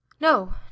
No